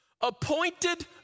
appointed